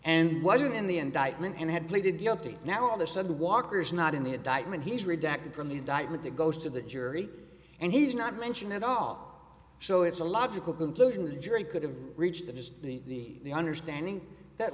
and wasn't in the indictment and had pleaded guilty now all the sudden walker's not in the dikembe and he's redacted from the indictment it goes to the jury and he's not mentioned at all so it's a logical conclusion the jury could have reached the just the understanding that